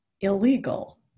illegal